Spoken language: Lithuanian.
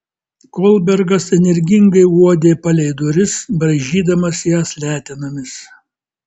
kolbergas energingai uodė palei duris braižydamas jas letenomis